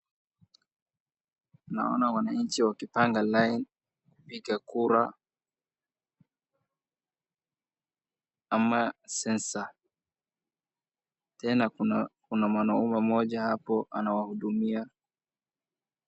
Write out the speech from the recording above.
Naona wananchi wakipanga line kupiga kura ama sensa tena kuna mwanaume mmoja hapo anawahudumia.